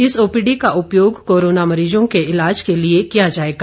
इस ओपीडी का उपयोग कोरोना मरीजों के ईलाज के लिए किया जाएगा